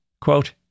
Quote